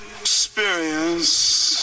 experience